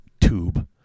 tube